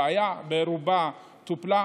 הבעיה ברובה טופלה.